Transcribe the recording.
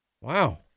wow